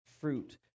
fruit